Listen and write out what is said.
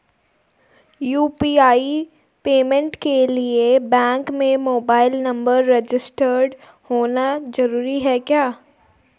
UPI payment के लिए bank में मोबाइल नंबर रजिस्टर्ड होना जरूरी है क्या?